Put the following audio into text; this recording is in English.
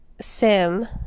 Sim